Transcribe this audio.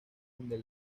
donde